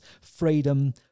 freedom